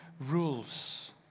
rules